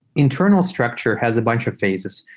internal structure has a bunch of phases.